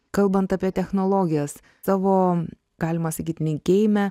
kalbant apie technologijas savo galima sakyt linkėjime